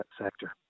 sector